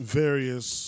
various